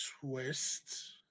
twist